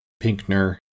Pinkner